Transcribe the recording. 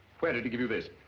where did he give you that?